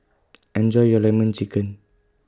Enjoy your Lemon Chicken